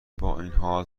بااینحال